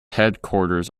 headquarters